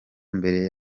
mbere